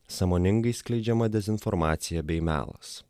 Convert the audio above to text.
sąmoningai skleidžiama dezinformacija bei melas